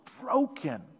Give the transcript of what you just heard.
broken